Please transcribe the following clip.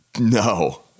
no